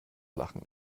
lachen